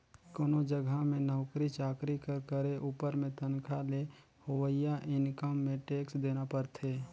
कोनो जगहा में नउकरी चाकरी कर करे उपर में तनखा ले होवइया इनकम में टेक्स देना परथे